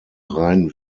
rhein